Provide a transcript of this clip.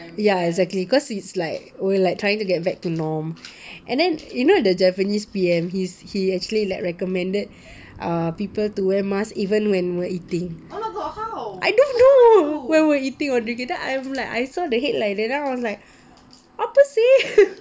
ya exactly cause it's like we're trying to get back to norm and then you know the japanese P_M he's he actually recommended err people to wear mask even when we're eating I don't know when we're eating or drinking then I'm like I saw the headline then I was like apa seh